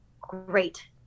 great